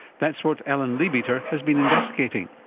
that's what ellen leabeater has been investigating.